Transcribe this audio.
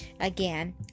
again